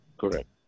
Correct